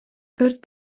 өрт